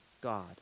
God